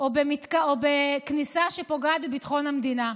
או בכניסה שפוגעת בביטחון המדינה.